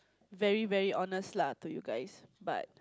very very honest lah to you guys but